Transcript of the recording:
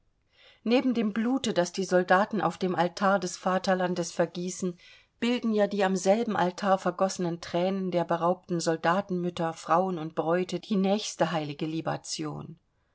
neben dem blute das die soldaten auf dem altar des vaterlandes vergießen bilden ja die am selben altar vergossenen thränen der beraubten soldatenmütter frauen und bräute die nächste heilige libation